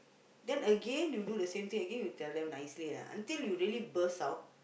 then again you do the same thing again you tell them nicely ah until you really burst out